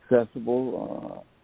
accessible